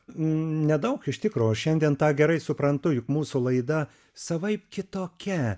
nedaug iš tikro šiandien tą gerai suprantu juk mūsų laida savaip kitokia